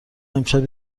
امشب